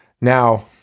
Now